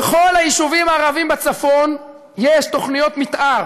בכל היישובים הערביים בצפון יש תוכניות מתאר